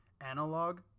analog